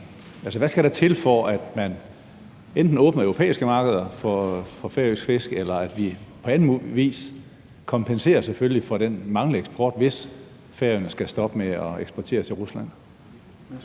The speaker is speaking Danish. hvad skal der til, for at man enten åbner europæiske markeder for færøsk fisk, eller vi selvfølgelig på anden vis kompenserer for den manglende eksport, hvis Færøerne skal stoppe med at eksportere til Rusland? Kl.